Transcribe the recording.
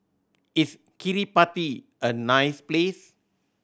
is Kiribati a nice place